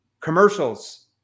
commercials